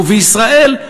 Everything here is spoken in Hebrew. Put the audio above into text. ובישראל,